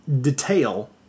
detail